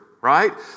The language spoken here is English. right